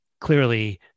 clearly